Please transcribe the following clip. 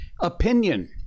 Opinion